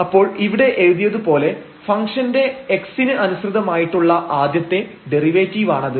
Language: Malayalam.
അപ്പോൾ ഇവിടെ എഴുതിയത് പോലെ ഫംഗ്ഷന്റെ x ന് അനുസൃതമായിട്ടുള്ള ആദ്യത്തെ ഡെറിവേറ്റീവാണത്